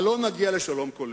אבל לא נגיע לשלום כולל.